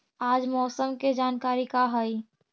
आज मौसम के जानकारी का हई?